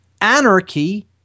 Anarchy